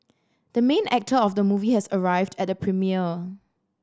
the main actor of the movie has arrived at the premiere